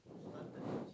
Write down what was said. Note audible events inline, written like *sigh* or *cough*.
*breath*